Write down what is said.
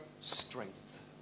strength